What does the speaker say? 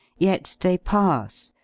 yet they pass,